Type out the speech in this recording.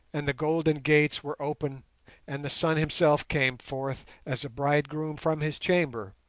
and the golden gates were open and the sun himself came forth as a bridegroom from his chamber,